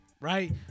right